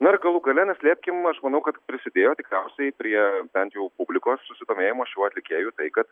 na ir galų gale neslėpkim aš manau kad prisidėjo tikriausiai prie bent jau publikos susidomėjimo šiuo atlikėju tai kad